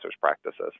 practices